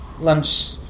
lunch